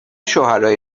شوهرای